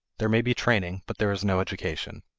there may be training, but there is no education.